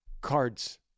cards